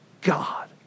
God